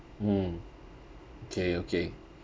mm okay okay